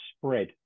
spread